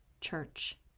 church